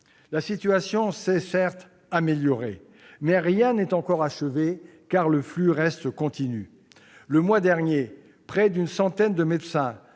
la situation s'est certes améliorée, mais rien n'est encore achevé, car le flux reste continu. Le mois dernier, plus d'une centaine de médecins